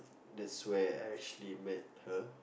that's where I actually met her